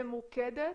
ממוקדת,